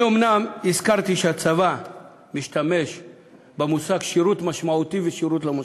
אני אומנם הזכרתי שהצבא משתמש במושג שירות משמעותי ושירות לא משמעותי.